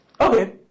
Okay